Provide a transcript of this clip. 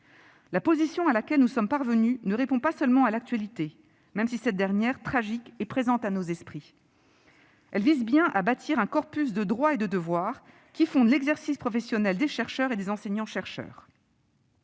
La position à laquelle nous sommes parvenus ne répond pas seulement à l'actualité, même si cette dernière, tragique, est présente à nos esprits. Elle vise bel et bien à bâtir un corpus de droits et de devoirs qui fonde l'exercice professionnel des chercheurs et des enseignants-chercheurs.